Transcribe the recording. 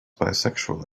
bisexual